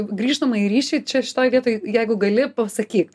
grįžtamąjį ryšį čia šitoj vietoj jeigu gali pasakyk